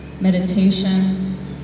meditation